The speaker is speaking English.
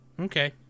Okay